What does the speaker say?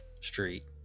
street